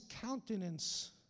countenance